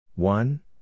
One